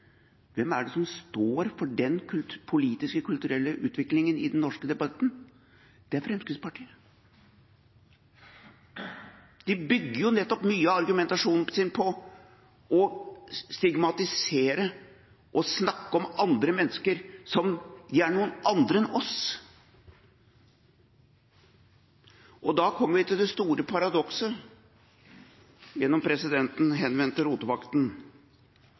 Hvem er det som står for den politiske kulturelle utviklingen i den norske debatten? Det er Fremskrittspartiet. De bygger nettopp mye av argumentasjonen sin på å stigmatisere og snakke om andre mennesker som om de er noen andre enn oss. Da kommer vi til det store paradokset – gjennom presidenten,